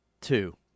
Two